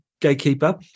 gatekeeper